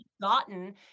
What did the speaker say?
gotten